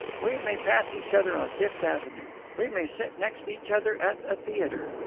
we may pass each other on fifth avenue. we may sit next each other at a theatre.